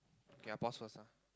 okay I pause first ah